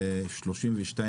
לצערנו,